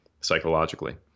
psychologically